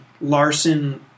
Larson